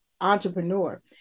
entrepreneur